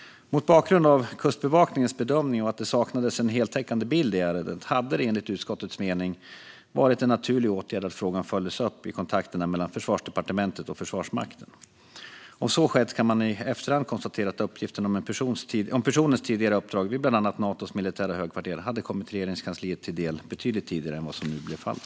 Mot bakgrund av Kustbevakningens bedömning och att det saknades en heltäckande bild i ärendet hade det enligt utskottets mening varit en naturlig åtgärd att frågan följdes upp i kontakterna mellan Försvarsdepartementet och Försvarsmakten. Om så skett kan man i efterhand konstatera att uppgiften om personens tidigare uppdrag vid bland annat Natos militära högkvarter hade kommit Regeringskansliet till del betydligt tidigare än vad som nu blev fallet.